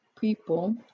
people